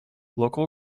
local